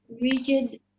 rigid